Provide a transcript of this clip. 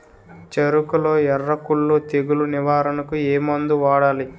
చెఱకులో ఎర్రకుళ్ళు తెగులు నివారణకు ఏ మందు వాడాలి?